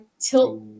tilt